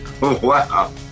Wow